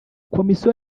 komisiyo